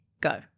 Go